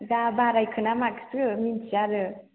दा बारायखोना माखो मोनथिया आरो